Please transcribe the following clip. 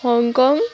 Hong Kong